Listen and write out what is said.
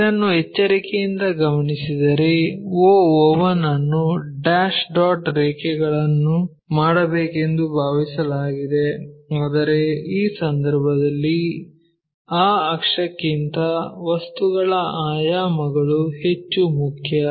ಇದನ್ನು ಎಚ್ಚರಿಕೆಯಿಂದ ಗಮನಿಸಿದರೆ o o1 ಅನ್ನು ಡ್ಯಾಶ್ ಡಾಟ್ ರೇಖೆಗಳನ್ನು ಮಾಡಬೇಕೆಂದು ಭಾವಿಸಲಾಗಿದೆ ಆದರೆ ಈ ಸಂದರ್ಭದಲ್ಲಿ ಆ ಅಕ್ಷಕ್ಕಿಂತ ವಸ್ತುಗಳ ಆಯಾಮಗಳು ಹೆಚ್ಚು ಮುಖ್ಯ